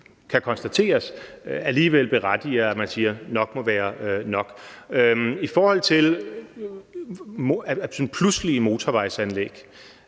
kan konstateres, alligevel berettiger til, at man siger, at nok må være nok. I forhold til sådan et pludseligt motorvejsanlæg,